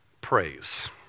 praise